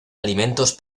alimentos